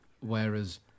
whereas